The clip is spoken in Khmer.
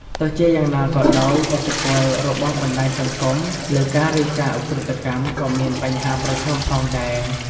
ទោះជាយ៉ាងណាក៏ដោយ ឥទ្ធិពល របស់ បណ្ដាញសង្គម លើ ការរាយការណ៍ឧក្រិដ្ឋកម្ម ក៏មាន បញ្ហាប្រឈម ផងដែរ។